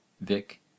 vic